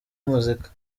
muzika